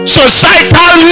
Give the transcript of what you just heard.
Societal